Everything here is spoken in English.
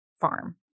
farm